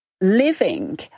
Living